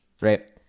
right